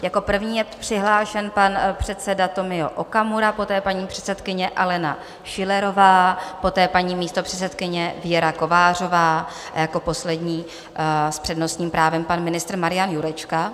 Jako první je přihlášen pan předseda Tomio Okamura, poté paní předsedkyně Alena Schillerová, poté paní místopředsedkyně Věra Kovářová a jako poslední s přednostním právem pan ministr Marian Jurečka.